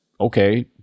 okay